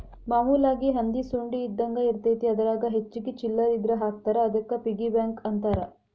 ಮಾಮೂಲಾಗಿ ಹಂದಿ ಸೊಂಡಿ ಇದ್ದಂಗ ಇರತೈತಿ ಅದರಾಗ ಹೆಚ್ಚಿಗಿ ಚಿಲ್ಲರ್ ಇದ್ರ ಹಾಕ್ತಾರಾ ಅದಕ್ಕ ಪಿಗ್ಗಿ ಬ್ಯಾಂಕ್ ಅಂತಾರ